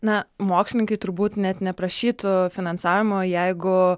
na mokslininkai turbūt net neprašytų finansavimo jeigu